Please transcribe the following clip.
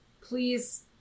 Please